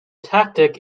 tactic